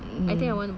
mmhmm